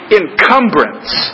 encumbrance